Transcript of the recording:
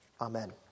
Amen